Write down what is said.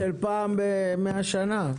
פרויקט של פעם ב-100 שנה,